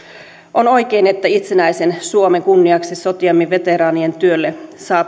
on oikein että itsenäisen suomen kunniaksi sotiemme veteraanien työlle